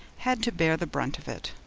had to bear the brunt of it.